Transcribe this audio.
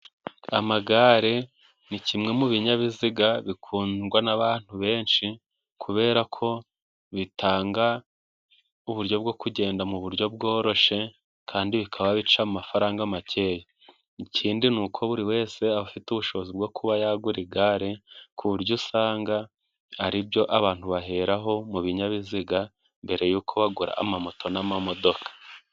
Amagare ni kimwe mu binyabiziga bikundwa n'abantu benshi kuberako bitanga uburyo bwo kugenda mu buryo bworoshe kandi bikaba bica amafaranga makeya ,ikindi ni uko buri wese afite ubushobozi bwo kuba yagura igare, ku buryo usanga aribyo abantu baheraho mu binyabiziga mbere y'uko bagura amamoto n'amamodoka.